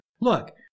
Look